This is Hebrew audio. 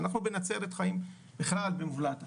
אנחנו בנצרת חיים בכלל במובלעת אחרת,